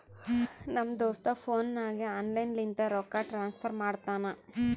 ನಮ್ ದೋಸ್ತ ಫೋನ್ ನಾಗೆ ಆನ್ಲೈನ್ ಲಿಂತ ರೊಕ್ಕಾ ಟ್ರಾನ್ಸಫರ್ ಮಾಡ್ತಾನ